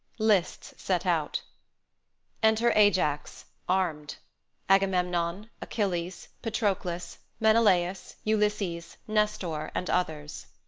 lists set out enter ajax, armed agamemnon, achilles, patroclus, menelaus, ulysses, nestor, and others